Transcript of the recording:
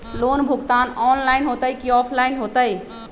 Loan भुगतान online होतई कि ऑफलाइन होतई?